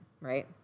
right